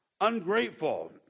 ungrateful